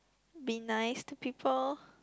be nice to people